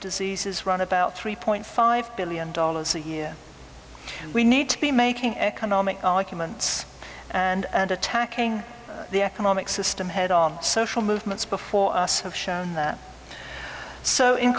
diseases run about three point five billion dollars a year we need to be making economic arguments and attacking the economic system head on social movements before us have shown